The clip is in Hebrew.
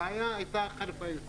הבעיה הייתה חריפה יותר.